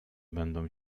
będą